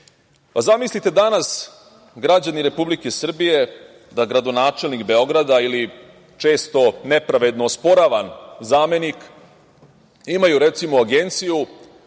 medije. Zamislite danas, građani Republike Srbije, da gradonačelnik Beograda ili često nepravedno osporavan zamenik imaju, recimo, agenciju